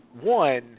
one